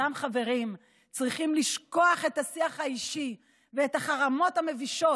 אותם חברים צריכים לשכוח את השיח האישי ואת החרמות המבישים